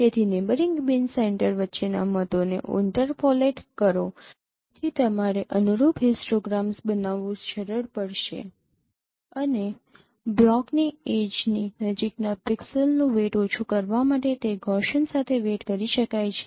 તેથી neighbouring bin centre વચ્ચેના મતોને ઇન્ટરપોલેટ કરો જેથી તમારે અનુરૂપ હિસ્ટોગ્રામ્સ બનાવવું સરળ પડશે અને બ્લોકની એડ્જની નજીકના પિક્સેલ્સનું વેઈટ ઓછું કરવા માટે તે ગૌસિયન સાથે વેઈટ કરી શકાય છે